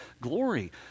glory